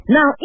Now